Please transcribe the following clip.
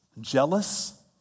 jealous